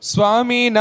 Swami